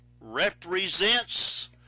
represents